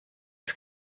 oes